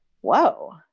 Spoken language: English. Whoa